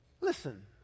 Listen